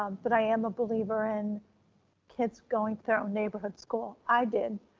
um but i am a believer in kids going to their own neighborhood school. i did,